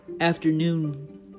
afternoon